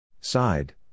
Side